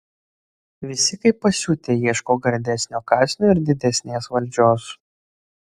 visi kaip pasiutę ieško gardesnio kąsnio ir didesnės valdžios